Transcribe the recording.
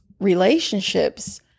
relationships